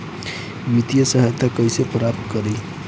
वित्तीय सहायता कइसे प्राप्त करी?